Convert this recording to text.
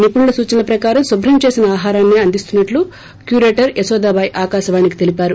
నిపుణుల సూచనల ప్రకారం కుభ్రం చేసిన ేఆహారాన్నే అందిస్తున్నట్టు క్యూరేటర్ యశోదా బాయ్ ఆకాశవాణికి తెలిపారు